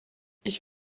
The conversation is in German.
ich